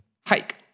hike